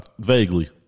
vaguely